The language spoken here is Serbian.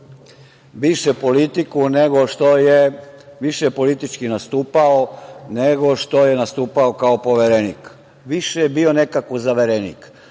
više je politički nastupao, nego što je nastupao kao Poverenik. Više je bio nekako zaverenik.